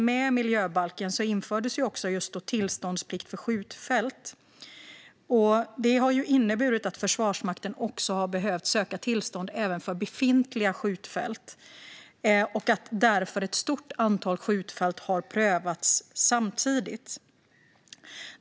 Med miljöbalken infördes också tillståndsplikt för skjutfält, vilket har inneburit att Försvarsmakten har behövt söka tillstånd även för befintliga skjutfält. Därför har ett stort antal skjutfält prövats samtidigt.